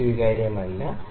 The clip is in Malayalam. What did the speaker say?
5 സ്വീകാര്യമല്ല